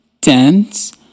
tens